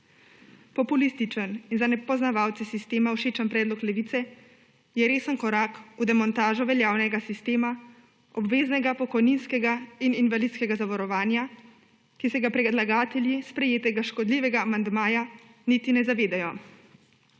Populističen in za nepoznavalce sistema všečen predlog Levice je resen korak v demontažo veljavnega sistema obveznega pokojninskega in invalidskega zavarovanja, ki se ga predlagatelji sprejetega škodljivega amandmaja niti ne zavedajo.